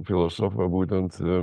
filosofą būtent